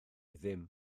ddim